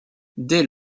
dès